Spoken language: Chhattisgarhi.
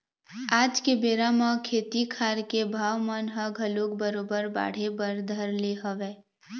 आज के बेरा म खेती खार के भाव मन ह घलोक बरोबर बाढ़े बर धर ले हवय